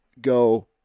go